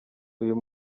uyu